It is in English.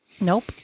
Nope